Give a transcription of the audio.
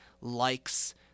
likes